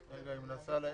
נצטרך להחליט.